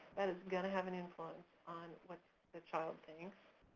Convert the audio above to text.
that is gonna have an influence on what the child thinks.